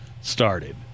started